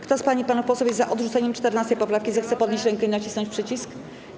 Kto z pań i panów posłów jest za odrzuceniem 14. poprawki, zechce podnieść rękę i nacisnąć przycisk.